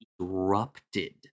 erupted